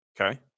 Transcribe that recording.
Okay